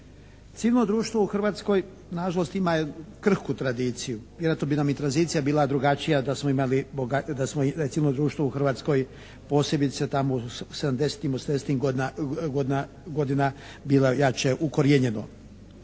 Civilno društvo u Hrvatskoj na žalost ima krhku tradiciju. Vjerojatno bi nam i tranzicija bila drugačija da smo imali, recimo društvo u Hrvatskoj posebice tamo u 70-tim, 80-tim godina bila jače ukorijenjeno.